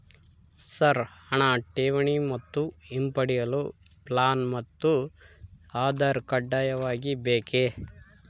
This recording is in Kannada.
ಸರ್ ಹಣ ಠೇವಣಿ ಮತ್ತು ಹಿಂಪಡೆಯಲು ಪ್ಯಾನ್ ಮತ್ತು ಆಧಾರ್ ಕಡ್ಡಾಯವಾಗಿ ಬೇಕೆ?